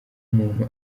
umuntu